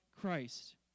Christ